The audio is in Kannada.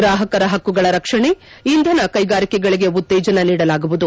ಗ್ರಾಪಕರ ಪಕ್ಕುಗಳ ರಕ್ಷಣೆ ಇಂಧನ ಕೈಗಾರಿಕೆಗಳಿಗೆ ಉತ್ತೇಜನ ನೀಡಲಾಗುವುದು